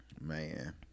Man